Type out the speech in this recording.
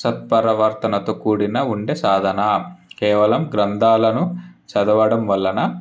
సత్పరవర్తనతో కూడిన ఉండే సాధన కేవలం గ్రంథాలను చదవడం వలన